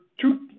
two